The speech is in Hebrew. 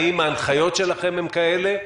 האם ההנחיות שלכם הן כאלה,